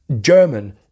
German